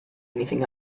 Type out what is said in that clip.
anything